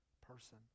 person